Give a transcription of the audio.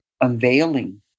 unveiling